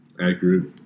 Accurate